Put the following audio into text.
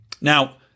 Now